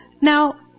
Now